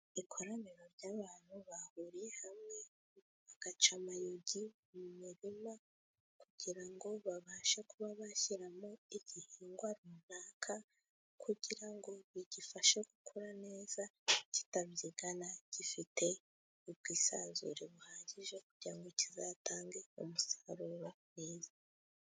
Ikoraniro ry’abantu bahuriye hamwe, bagaca amayugi mu murima kugira ngo babashe kuba bashyiramo igihingwa runaka, kugira ngo bigifashe gukura neza, kitabyigana, gifite ubwisanzure buhagije kugira ngo kizatange umusaruro mwiza.